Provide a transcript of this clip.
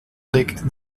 legten